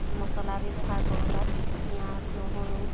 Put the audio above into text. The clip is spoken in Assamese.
মছলা ব্যৱহাৰ কৰোঁ তাত পিঁয়াজ নহৰু